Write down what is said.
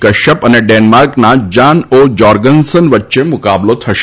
કશ્યપ અને ડેનમાર્કના Jan O Jorgensen વચ્ચે મુકાબલો થશે